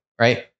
right